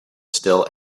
still